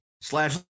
slash